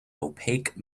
opaque